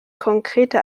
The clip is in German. konkrete